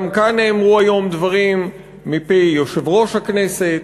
גם כאן נאמרו היום דברים מפי יושב-ראש הכנסת,